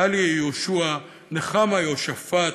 טליה יהושע, נחמה יהושפט,